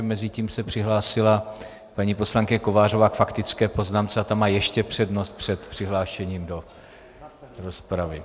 Jenomže mezitím se přihlásila paní poslankyně Kovářová k faktické poznámce a ta má ještě přednost před přihlášením do rozpravy.